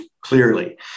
clearly